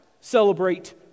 celebrate